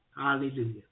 Hallelujah